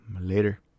Later